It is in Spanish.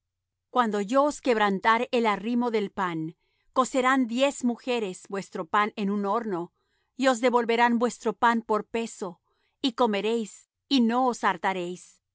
cuando yo os quebrantare el arrimo del pan cocerán diez mujeres vuestro pan en un horno y os devolverán vuestro pan por peso y comeréis y no os